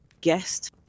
guest